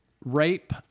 Rape